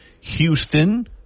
Houston